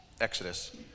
Exodus